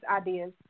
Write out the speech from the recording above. ideas